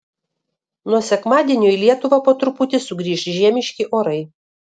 nuo sekmadienio į lietuvą po truputį sugrįš žiemiški orai